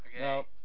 Okay